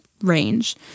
range